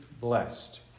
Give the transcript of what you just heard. blessed